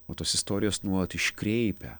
o tos istorijos nuolat iškreipia